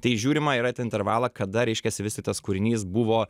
tai žiūrima yra į tą intervalą kada reiškiasi vis tik tas kūrinys buvo